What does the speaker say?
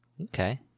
Okay